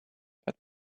but